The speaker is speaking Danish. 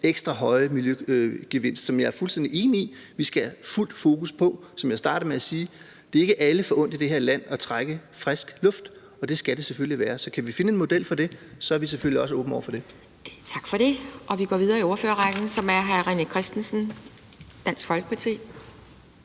ekstra store miljøgevinst, som jeg er fuldstændig enig i vi skal have fuld fokus på. Som jeg startede med at sige, er det ikke alle i det her land forundt at trække frisk luft, og det skal det selvfølgelig være, så kan vi finde en model for det, er vi selvfølgelig også åbne over for det. Kl. 15:37 Anden næstformand (Pia Kjærsgaard): Tak for det. Vi går videre i ordførerrækken, og vi er kommet til hr. René Christensen, Dansk Folkeparti.